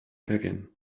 pewien